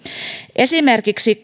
esimerkiksi